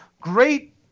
great